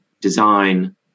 design